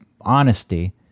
honesty